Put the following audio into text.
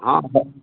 ହଁ ହଁ